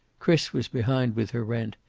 chris was behind with her rent,